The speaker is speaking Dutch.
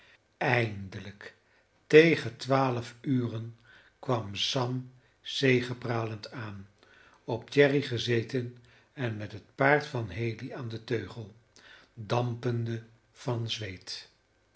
eindelijk tegen twaalf uren kwam sam zegepralend aan op jerry gezeten en met het paard van haley aan den teugel dampende van zweet